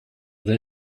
they